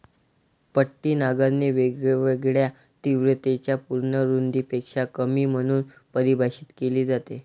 पट्टी नांगरणी वेगवेगळ्या तीव्रतेच्या पूर्ण रुंदीपेक्षा कमी म्हणून परिभाषित केली जाते